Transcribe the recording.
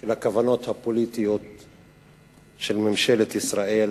של הכוונות הפוליטיות של ממשלת ישראל